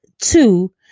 Two